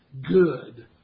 good